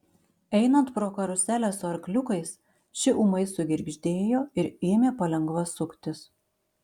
einant pro karuselę su arkliukais ši ūmai sugirgždėjo ir ėmė palengva suktis